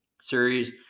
series